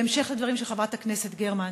בהמשך לדברים של חברת הכנסת גרמן,